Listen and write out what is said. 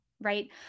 right